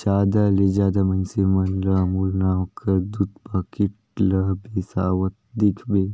जादा ले जादा मइनसे मन ल अमूल नांव कर दूद पाकिट ल बेसावत देखबे